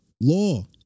law